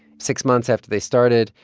six months after they started,